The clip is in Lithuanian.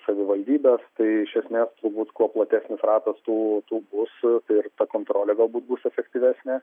savivaldybės tai iš esmės turbūt kuo platesnis ratas tų tų bus tai ir ta kontrolė galbūt bus efektyvesnė